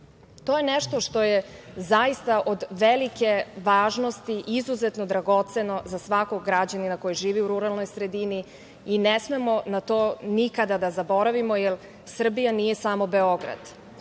je nešto što je zaista od velike važnosti i izuzetno dragoceno za svakog građanina koji živi u ruralnoj sredini i ne smemo na to nikada da zaboravimo, jer Srbija nije samo Beograd.